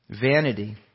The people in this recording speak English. vanity